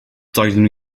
doeddwn